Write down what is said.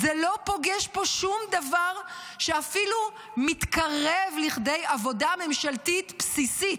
זה לא פוגש פה שום דבר שאפילו מתקרב לכדי עבודה ממשלתית בסיסית,